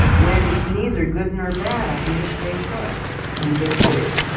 when it's neither good nor bad, i can just stay put and just be.